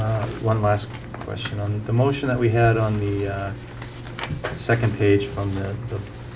of one last question on the motion that we had on the second page from that